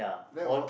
then hor